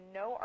no